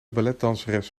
balletdanseres